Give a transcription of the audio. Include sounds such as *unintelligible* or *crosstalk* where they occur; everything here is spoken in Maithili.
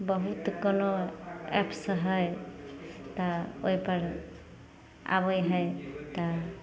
बहुत *unintelligible* एप्स हइ तऽ ओहि पर आबै हइ तऽ